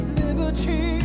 liberty